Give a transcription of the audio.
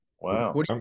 Wow